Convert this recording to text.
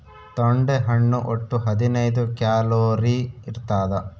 ತೊಂಡೆ ಹಣ್ಣು ಒಟ್ಟು ಹದಿನೈದು ಕ್ಯಾಲೋರಿ ಇರ್ತಾದ